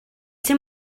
sydd